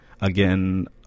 again